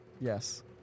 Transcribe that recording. yes